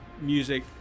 music